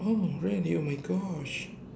oh really oh my Gosh